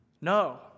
No